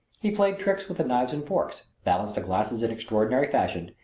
he played tricks with the knives and forks, balanced the glasses in extraordinary fashion,